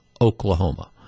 Oklahoma